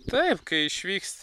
taip kai išvyksti